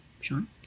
Sean